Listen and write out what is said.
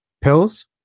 Pills